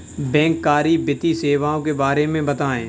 बैंककारी वित्तीय सेवाओं के बारे में बताएँ?